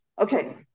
Okay